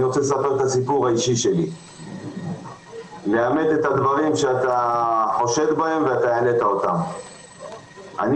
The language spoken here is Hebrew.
אני רוצה לספר את הסיפור האישי שלי וזה יאמת את הדברים שאתה העלית.